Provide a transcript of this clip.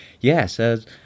Yes